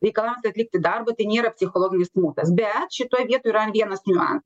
reikalavimas atlikti darbą tai nėra psichologinis smurtas bet šitoj vietoj yra vienas niuan